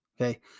Okay